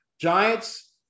Giants